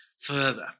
further